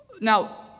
Now